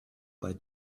bei